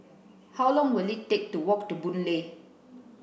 how long will it take to walk to Boon Lay